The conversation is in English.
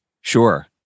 Sure